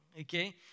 Okay